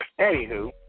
Anywho